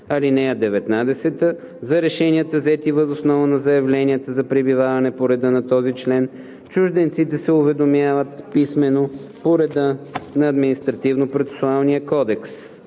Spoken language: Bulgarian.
(19) За решенията, взети въз основа на заявленията за пребиваване по реда на този член, чужденците се уведомяват писмено по реда на Административнопроцесуалния кодекс.“